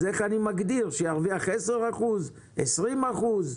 איך אני מגדיר שירוויח 10 אחוזים, 20 אחוזים?